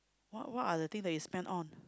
what what are the thing that you spend on